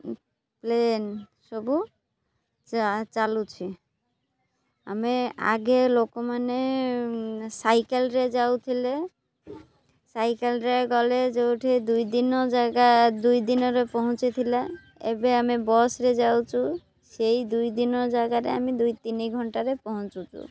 plain ସବୁ ଚାଲୁଛି ଆମେ ଆଗେ ଲୋକମାନେ ସାଇକେଲ୍ରେ ଯାଉଥିଲେ ସାଇକେଲ୍ରେ ଗଲେ ଯେଉଁଠି ଦୁଇ ଦିନ ଜାଗା ଦୁଇ ଦିନରେ ପହଞ୍ଚି ଥିଲା ଏବେ ଆମେ ବସ୍ରେ ଯାଉଛୁ ସେଇ ଦୁଇ ଦିନ ଜାଗାରେ ଆମେ ଦୁଇ ତିନି ଘଣ୍ଟାରେ ପହଞ୍ଚୁଛୁ